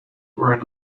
were